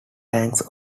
tanks